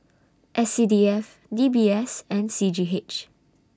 S C D F D B S and C G H